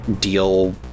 deal